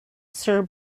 sir